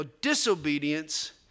disobedience